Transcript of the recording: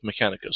Mechanicus